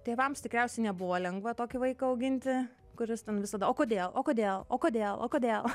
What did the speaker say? tėvams tikriausiai nebuvo lengva tokį vaiką auginti kuris ten visada o kodėl o kodėl o kodėl o kodėl